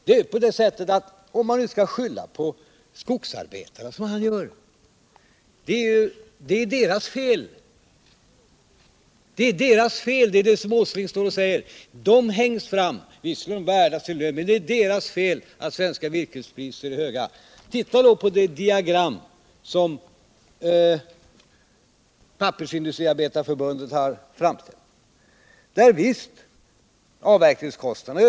Herr Åsling skyller kostnadsläget på skogsarbetarna. Visserligen är de värda sin lön, säger herr Åsling, men det är deras fel att svenska virkespriser är höga. Titta då på det diagram som Pappersindustriarbetareförbundet har framställt. Visst har avverkningskostnaden ökat.